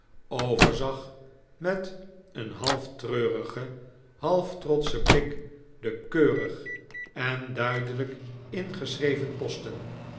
overzag met een half treurigen half trotschen blik de keurig en duidelijk ingeschreven posten